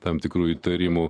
tam tikrų įtarimų